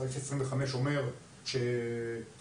בעקרון